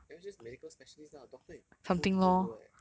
that one is just medical specialist lah doctor is whole different world eh